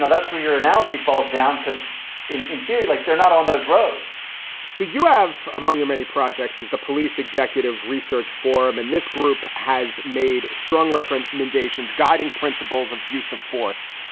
that's where your analogy falls down, because in theory, like they're not on those roads so you have among your many projects the police executive research forum in this group has made strong recommendations, guiding principles of use of force.